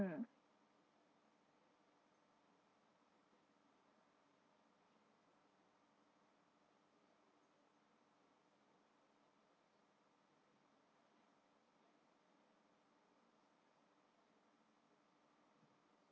mm